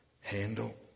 handle